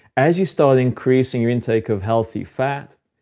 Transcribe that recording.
as you start increasing your intake of healthy fat,